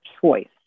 choice